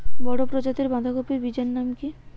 বড় প্রজাতীর বাঁধাকপির বীজের নাম কি?